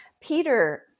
Peter